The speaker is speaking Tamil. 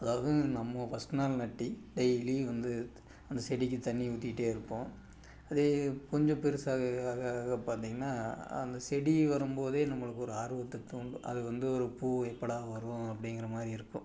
அதாவது நம்ம ஃபஸ்ட் நாள் நட்டு டெய்லியும் வந்து அந்த செடிக்கு தண்ணி ஊத்திகிட்டே இருப்போம் அதே கொஞ்சம் பெருசாக ஆக ஆக பார்த்தீங்கன்னா அந்த செடி வரும்போதே நம்மளுக்கு ஒரு ஆர்வத்தை தூண்டும் அது வந்து ஒரு பூ எப்படா வரும் அப்படிங்கிற மாதிரி இருக்கும்